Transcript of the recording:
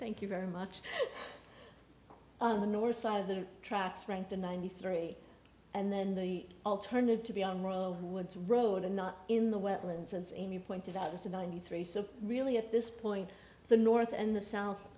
thank you very much on the north side of the tracks ranked in ninety three and then the alternative to be on row who woods road and not in the wetlands as amy pointed out this is ninety three so really at this point the north and the south